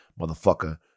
motherfucker